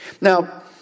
Now